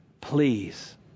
please